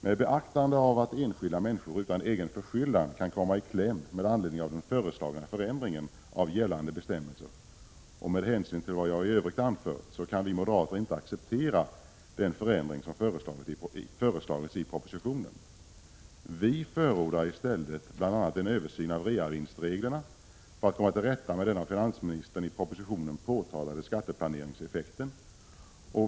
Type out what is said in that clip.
Med beaktande av att enskilda människor utan egen förskyllan kan komma i kläm med anledning av den föreslagna förändringen av gällande bestämmelser, och med hänsyn till vad jag i övrigt anfört, kan vi moderater inte acceptera den förändring som föreslagits i propositionen. Vi förordar i stället bl.a. en översyn av reavinstreglerna för att komma till rätta med den av finansministern i propositionen påtalade skatteplaneringseffekten.